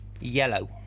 yellow